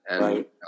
right